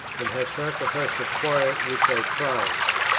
and have sacrificed a quiet which i prized.